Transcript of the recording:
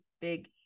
big